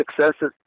successes